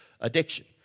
addiction